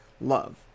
love